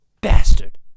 bastard